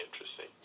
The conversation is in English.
interesting